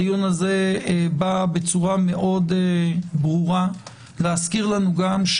הדיון הזה בא בצורה מאוד ברורה להזכיר לנו גם,